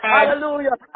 Hallelujah